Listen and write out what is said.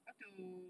how to